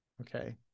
Okay